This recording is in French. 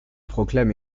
proclame